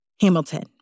Hamilton